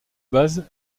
base